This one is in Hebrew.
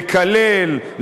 לקלל,